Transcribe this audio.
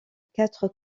quatre